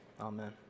amen